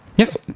Yes